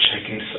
checking